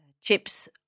chips